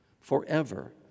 forever